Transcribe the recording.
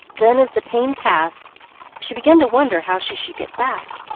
then as the pain passed she began to wonder how she should get back,